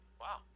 Wow